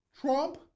Trump